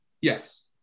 Yes